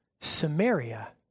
Samaria